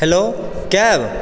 hello cab